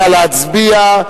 נא להצביע,